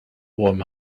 warm